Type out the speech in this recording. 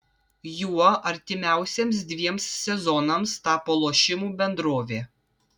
juo artimiausiems dviems sezonams tapo lošimų bendrovė